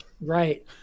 right